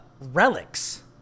relics